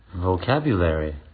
Vocabulary